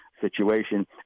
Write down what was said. situation